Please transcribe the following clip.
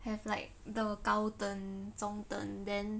have like the 高等中等 then